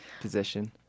position